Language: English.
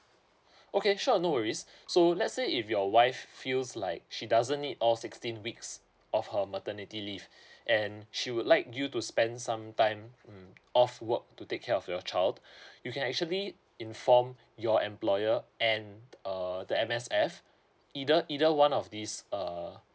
okay sure no worries so let's say if your wife feels like she doesn't need all sixteen weeks of her maternity leave and she would like you to spend some time mm off work to take care of your child you can actually inform your employer and err the M_S_F either either one of these err